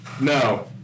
No